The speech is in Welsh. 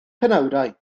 penawdau